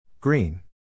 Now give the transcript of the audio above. Green